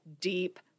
deep